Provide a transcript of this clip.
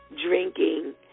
drinking